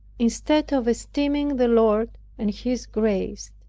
instead of esteeming the lord and his grace.